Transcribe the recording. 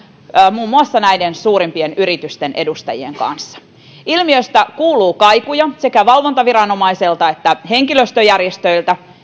muun muassa näiden suurimpien yritysten edustajien kanssa ilmiöstä kuuluu kaikuja sekä valvontaviranomaiselta että henkilöstöjärjestöiltä